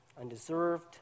undeserved